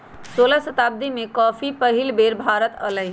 सोलह शताब्दी में कॉफी पहिल बेर भारत आलय